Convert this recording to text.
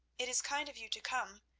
it is kind of you to come,